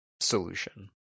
solution